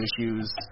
issues